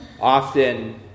Often